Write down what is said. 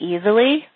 easily